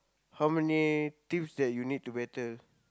how many teams that you need to battle